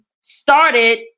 started